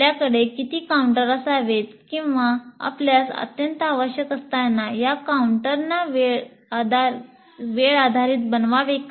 आपल्याकडे किती काउंटर असावेत किंवा आपल्यास अत्यंत आवश्यकता असताना आपण या काउंटरना वेळ आधारित बनवावे का